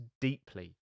deeply